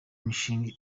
mishinga